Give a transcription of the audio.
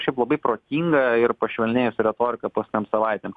šiaip labai protinga ir pašvelnėjusi retorika paskutinėm savaitėm